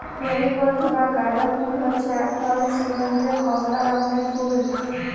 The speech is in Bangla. মেরিগোল্ড বা গাঁদা ফুল হচ্ছে এক ধরনের সুগন্ধীয় কমলা রঙের ফুল